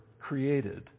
created